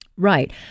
Right